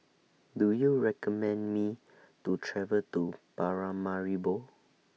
Do YOU recommend Me to travel to Paramaribo